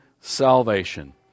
salvation